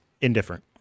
indifferent